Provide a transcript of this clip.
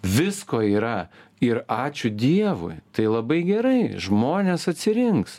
visko yra ir ačiū dievui tai labai gerai žmonės atsirinks